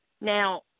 Now